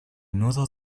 nudo